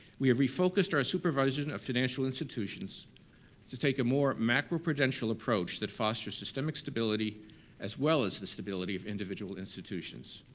we have refocused our supervisors and of financial institutions to take a more macro-prudential approach that fosters systemic stability as well as the stability of individual institutions.